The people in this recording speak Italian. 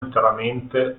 interamente